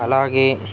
అలాగే